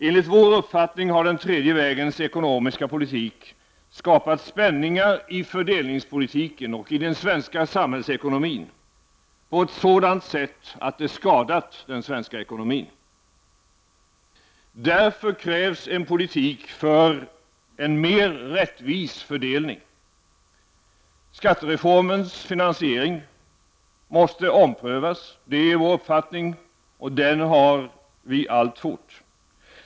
Enligt vår uppfatt I Regerd Skara ning har den tredje vägens ekonomiska politik skapat spänningar i fördel Sr ARERR ningspolitiken och i den svenska samhällsekonomin på ett sådant sätt att den päartiledar: har skadat den svenska ekonomin. Därför krävs en politik för en mer rättvis fördelning. Skattereformens finansiering måste omprövas. Det har varit vår uppfattning, och den har vi alltfort.